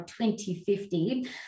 2050